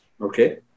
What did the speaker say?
Okay